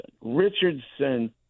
Richardson